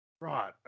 Right